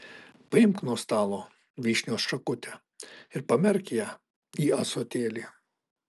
paimk nuo stalo vyšnios šakutę ir pamerk ją į ąsotėlį